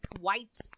white